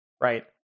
right